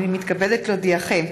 הינני מתכבדת להודיעכם,